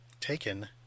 Taken